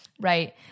Right